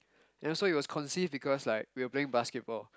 ya so it was conceived because like we were playing basketball